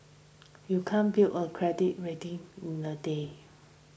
you can't build a credit rating in a day